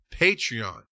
Patreon